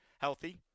healthy